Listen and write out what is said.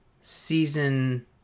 season